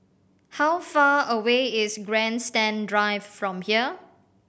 how far away is Grandstand Drive from here